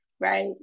right